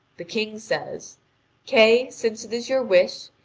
the king says kay, since it is your wish,